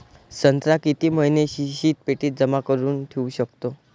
संत्रा किती महिने शीतपेटीत जमा करुन ठेऊ शकतो?